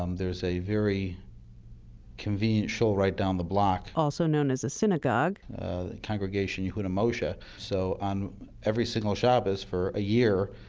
um there's a very convenient shul down the block also known as a synagogue congregation yehuda moshe. so, on every single shabbos for a year,